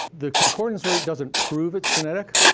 the concordance rate doesn't prove it's genetic,